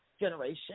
generation